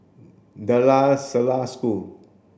De La Salle School